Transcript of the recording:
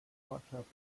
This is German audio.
ortschaft